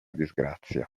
disgrazia